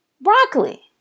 broccoli